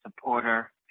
supporter